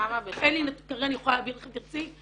אין לי --- אני אוכל להעביר לך אם תרצי.